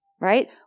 right